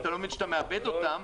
ושאתה מאבד אותם.